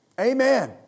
Amen